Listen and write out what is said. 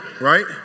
right